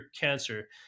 cancer